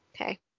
okay